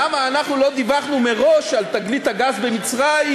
למה אנחנו לא דיווחנו מראש על תגלית הגז במצרים,